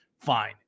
fine